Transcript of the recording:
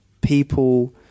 people